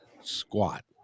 squat